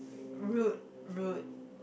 rude rude